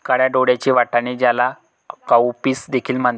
काळ्या डोळ्यांचे वाटाणे, ज्याला काउपीस देखील म्हणतात